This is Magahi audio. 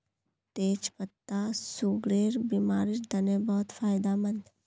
तेच पत्ता सुगरेर बिमारिर तने बहुत फायदामंद